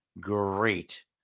great